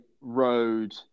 road